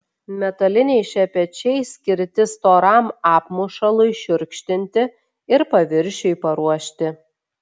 metaliniai šepečiai skirti storam apmušalui šiurkštinti ir paviršiui paruošti